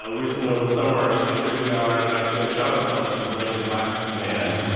so recently over the summer, a security guard accidentally shot himself, and he blamed a black man.